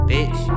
Bitch